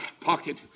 pocket